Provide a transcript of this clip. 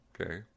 Okay